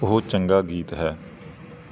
ਉਹ ਚੰਗਾ ਗੀਤ ਹੈ